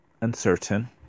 uncertain